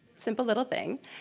simple little thing.